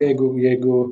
jeigu jeigu